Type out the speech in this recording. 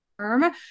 term